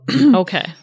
Okay